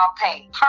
pain